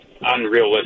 unrealistic